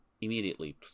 immediately